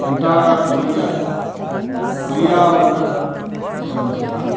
अन्ताराष्ट्रीयपर्यावरणदिवसः